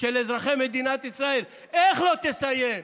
של אזרחי מדינת ישראל, איך לא תסיים,